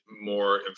more